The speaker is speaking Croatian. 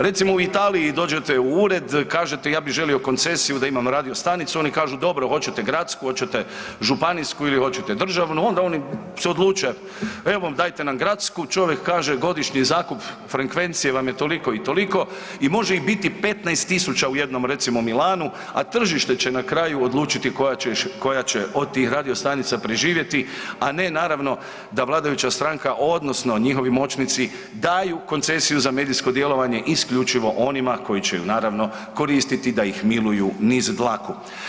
Recimo u Italiji dođete u ured, kažete ja bih želio koncesiju da imam radio stanicu, oni kaže dobro hoćete gradsku, hoćete županijsku ili hoćete državu, onda oni se odluče evo dajte nam gradsku, čovjek kaže godišnji zakup frekvencije vam je toliko i toliko i može ih biti 15.000 u recimo jednom Milanu, a tržište će na kraju odlučiti koja će od tih radiostanica preživjeti, a ne naravno da vladajuća stranka odnosno njihovi moćnici daju koncesiju za medijsko djelovanje isključivo onima koji će ju naravno koristiti da ih miluju niz dlaku.